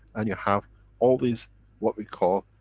and you have all these what we call